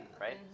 right